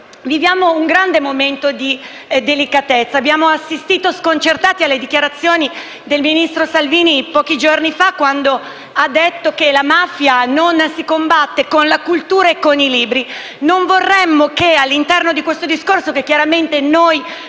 viviamo un momento davvero delicato. Abbiamo assistito sconcertati alle dichiarazioni del ministro Salvini, pochi giorni fa, quando ha detto che la mafia non si combatte con la cultura e con i libri. Non vorremmo che, all'interno di questo discorso, che chiaramente noi